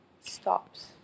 stops